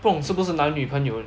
不懂是不是男女朋友